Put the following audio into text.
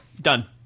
done